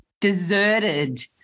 deserted